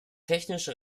technisch